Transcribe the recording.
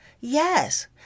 Yes